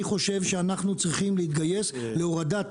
אני חושב שאנחנו צריכים להתגייס להורדת